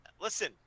listen